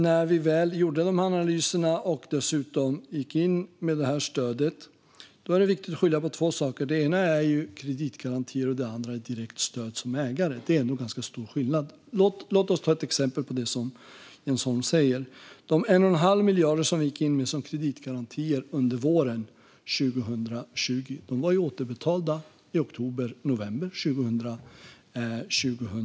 När vi väl gjorde dessa analyser och dessutom gick in med detta stöd var det viktigt att skilja på kreditgarantier och direkt stöd som ägare. Det är ganska stor skillnad mellan dessa saker. Låt oss ta ett exempel på det som Jens Holm säger. De 1,5 miljarder som vi gick in med som kreditgarantier under våren 2020 var återbetalda i oktober eller november 2020.